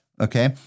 okay